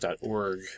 org